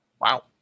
Wow